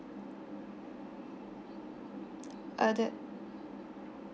uh the